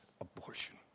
abortion